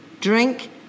drink